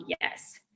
yes